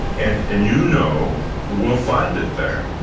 and and you know we'll find it there.